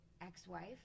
ex-wife